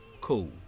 Cool